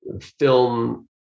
film